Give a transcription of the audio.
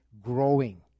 growing